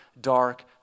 dark